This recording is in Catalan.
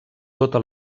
tota